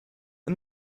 and